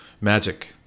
Magic